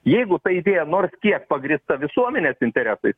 jeigu ta idėja nors kiek pagrįsta visuomenės interesais